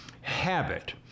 habit